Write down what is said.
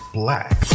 black